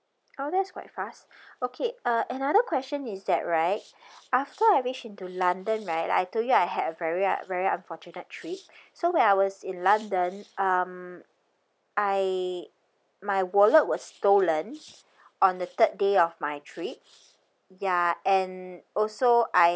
oh that's quite fast okay uh another question is that right after I reach into london right I told you I had a very u~ very unfortunate trip so when I was in london um I my wallet was stolen on the third day of my trip ya and also I